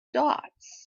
dots